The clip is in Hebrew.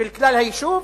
של כלל היישוב,